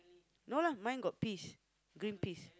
no lah mine got peas green peas